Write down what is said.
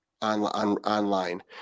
online